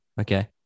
okay